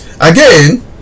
Again